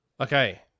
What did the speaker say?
Okay